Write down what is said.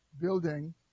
building